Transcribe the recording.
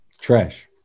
Trash